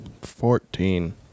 Fourteen